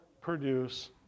produce